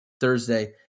Thursday